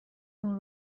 اون